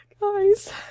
guys